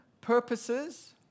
purposes